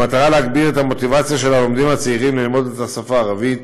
במטרה להגביר את המוטיבציה של הלומדים הצעירים ללמוד את השפה הערבית,